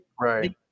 Right